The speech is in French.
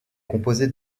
composée